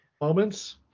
moments